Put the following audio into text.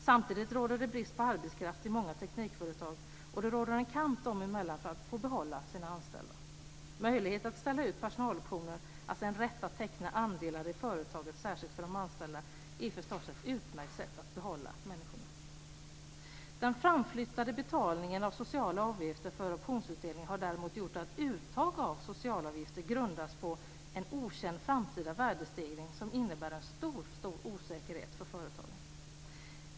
Samtidigt råder det brist på arbetskraft i många teknikföretag, och det råder en kamp dem emellan för att få behålla sin anställda. Möjlighet att ställa ut personaloptioner, alltså en rätt att teckna andelar i företaget särskilt för de anställda, är förstås ett utmärkt sätt att behålla människor. Den framflyttade betalningen av sociala avgifter för optionsutdelningen har däremot gjort att uttag av socialavgifter grundas på en okänd framtida värdestegring som innebär en stor osäkerhet för företagen.